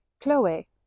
Chloe